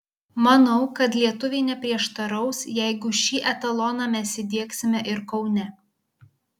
manau kad lietuviai neprieštaraus jeigu šį etaloną mes įdiegsime ir kaune